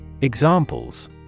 Examples